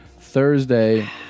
Thursday